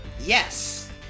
Yes